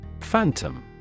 Phantom